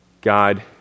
God